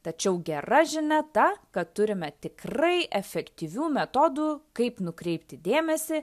tačiau gera žinia ta kad turime tikrai efektyvių metodų kaip nukreipti dėmesį